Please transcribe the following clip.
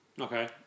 Okay